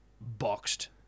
boxed